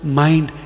mind